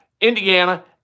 Indiana